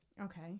Okay